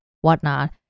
whatnot